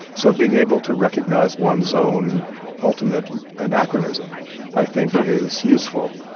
so being able to recognize one's own ultimate anachronism i think is useful,